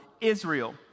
Israel